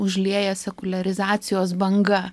užlieja sekuliarizacijos banga